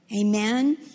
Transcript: Amen